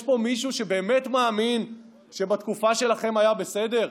יש פה מישהו שבאמת מאמין שבתקופה שלכם היה בסדר?